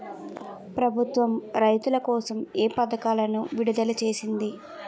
ప్రభుత్వం రైతుల కోసం ఏ పథకాలను విడుదల చేసింది?